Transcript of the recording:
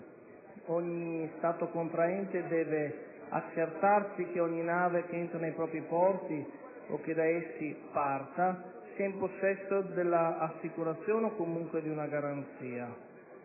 ogni Stato contraente deve accertarsi che ogni nave che entri nei propri porti o che da essi parta sia in possesso dell'assicurazione o comunque di una garanzia.